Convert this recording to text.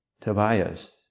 Tobias